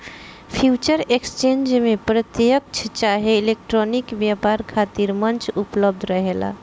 future exchange में प्रत्यकछ चाहे इलेक्ट्रॉनिक व्यापार खातिर मंच उपलब्ध रहेला